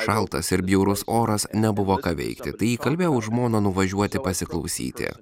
šaltas ir bjaurus oras nebuvo ką veikti tai įkalbėjau žmoną nuvažiuoti pasiklausyti